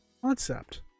concept